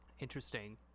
Interesting